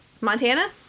Montana